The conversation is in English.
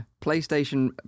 PlayStation